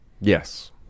Yes